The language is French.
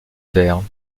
vers